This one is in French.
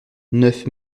neuf